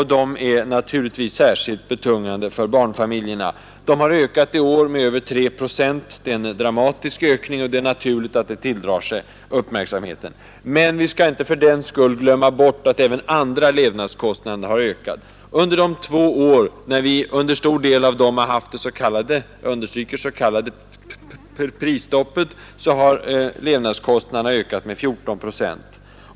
Matpriserna är naturligtvis särskilt betungande för barnfamiljerna, och de har i år ökat med 3 procent. Det är en dramatisk utveckling och det är naturligt att den tilldrar sig uppmärksamhet. Men vi skall inte tör den skull glömma bort att även andra levnadskostnader har ökat. Under 1970 och 1971, när vi hade det så kallade — jag vill understryka ”så kallade” — prisstoppet, ökade levnadskostnaderna med 14 procent.